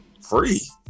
free